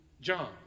John